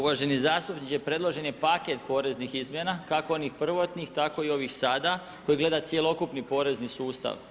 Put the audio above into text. Uvaženi zastupniče, predložen je paket poreznih izmjena kako onih prvotnih, tako i ovih sada koji gleda cjelokupni porezni sustav.